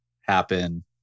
happen